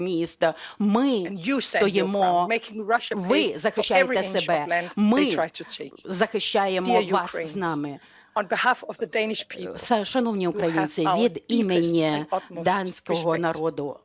Ми стоїмо. Ви захищаєте себе, ми захищаємо вас з нами. Шановні українці, від імені данського народу